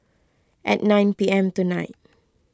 at nine P M tonight